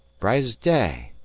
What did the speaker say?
bright's day.